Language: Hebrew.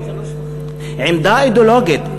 עמדה אידיאולוגית,